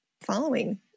following